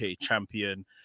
champion